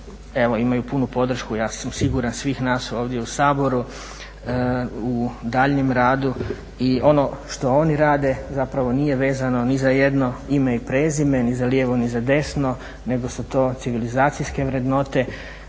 imaju punu podršku ja sam siguran svih nas ovdje u Saboru u daljnjem radu. I ono što oni rade zapravo nije vezano ni za jedno ime i prezime, ni za lijevo ni za desno nego su to civilizacijske vrednote